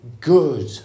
good